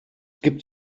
gibt